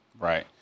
Right